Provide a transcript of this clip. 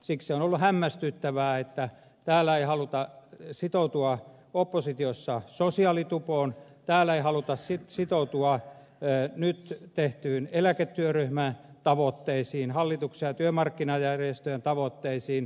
siksi on ollut hämmästyttävää että täällä ei haluta sitoutua oppositiossa sosiaalitupoon täällä ei haluta sitoutua nyt tehtyihin eläketyöryhmän tavoitteisiin hallituksen ja työmarkkinajärjestöjen tavoitteisiin